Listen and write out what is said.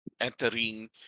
entering